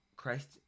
Christ